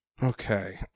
Okay